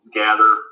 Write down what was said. gather